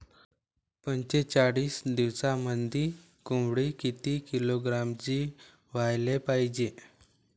पंचेचाळीस दिवसामंदी कोंबडी किती किलोग्रॅमची व्हायले पाहीजे?